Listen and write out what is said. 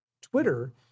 Twitter